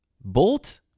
Bolt